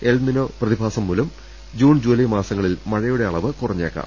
El Niño പ്രതിഭാസം മൂലം June July മാസങ്ങളിൽ മഴയുടെ അളവ് കുറഞ്ഞേ ക്കാം